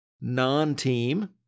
non-team